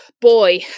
boy